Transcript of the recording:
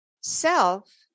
Self